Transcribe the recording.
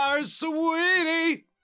Sweetie